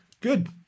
good